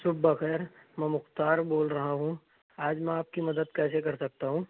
صبح بخیر میں مختار بول رہا ہوں آج میں آپ کی مدد کیسے کر سکتا ہوں